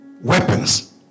weapons